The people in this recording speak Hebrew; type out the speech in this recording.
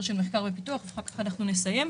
של מחקר ופיתוח ואחר כך אנחנו נסיים.